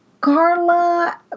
Carla